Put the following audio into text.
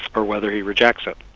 or whether he rejects it.